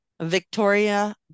victoria